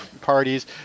parties